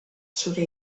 zure